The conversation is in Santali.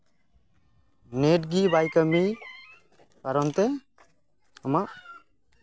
ᱱᱮᱹᱴ ᱜᱮ ᱵᱟᱭ ᱠᱟᱹᱢᱤ ᱠᱟᱨᱚᱱ ᱛᱮ ᱟᱢᱟᱜ